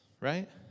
right